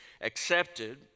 accepted